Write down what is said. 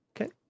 Okay